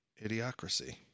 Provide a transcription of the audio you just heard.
idiocracy